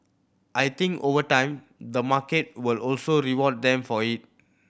I think over time the market will also reward them for it